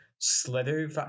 Slither